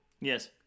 Yes